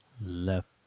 Left